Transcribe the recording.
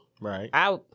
Right